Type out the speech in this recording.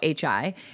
hi